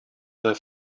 their